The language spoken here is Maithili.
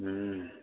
हुँ